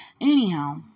Anyhow